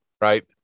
right